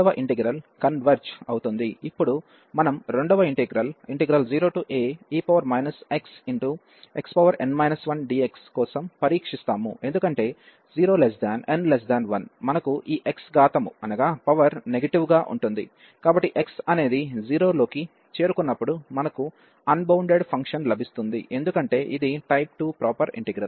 ఇప్పుడు మనం రెండవ ఇంటిగ్రల్ 0ae xxn 1dx కోసం పరీక్షిస్తాము ఎందుకంటే 0n1 మనకు ఈ x ఘాతము నెగటివ్ గా ఉంటుంది కాబట్టి x అనేది 0 లోకి చేరుకున్నప్పుడు మనకు అన్బౌండెడ్ ఫంక్షన్ లభిస్తుంది ఎందుకంటే ఇది టైప్ 2 ప్రాపర్ ఇంటిగ్రల్